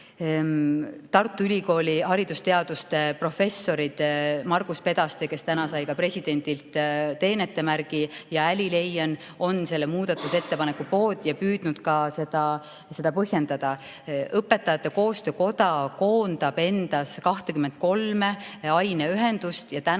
Tartu Ülikooli haridusteaduste professorid, Margus Pedaste, kes täna sai presidendilt teenetemärgi, ja Äli Leijen, on selle muudatusettepaneku poolt ja on püüdnud seda ka põhjendada. Õpetajate koostöökoda koondab endas 23 aineühendust.